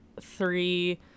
three